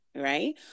Right